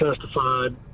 testified